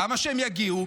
למה שהם יגיעו?